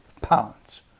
pounds